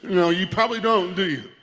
you know, you probably don't, do you?